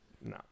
No